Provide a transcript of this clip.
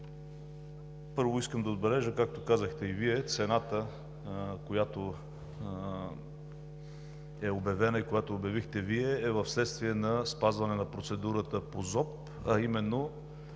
Първо, искам да отбележа, както казахте и Вие, цената, която е обявена и която обявихте и Вие, е вследствие на спазване на процедурата по ЗОП, а именно